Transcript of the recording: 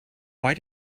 why